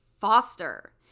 foster